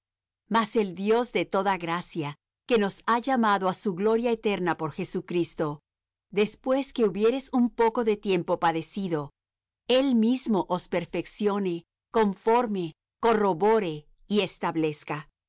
mas el dios de toda gracia que nos ha llamado á su gloria eterna por jesucristo después que hubiereis un poco de tiempo padecido él mismo os perfeccione coforme corrobore y establezca